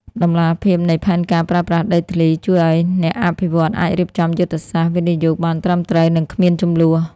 តម្លាភាពនៃ "ផែនការប្រើប្រាស់ដីធ្លី" ជួយឱ្យអ្នកអភិវឌ្ឍន៍អាចរៀបចំយុទ្ធសាស្ត្រវិនិយោគបានត្រឹមត្រូវ និងគ្មានជម្លោះ។